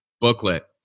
booklet